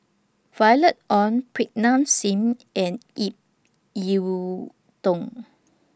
Violet Oon Pritam Singh and Ip Yiu Tung